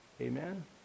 amen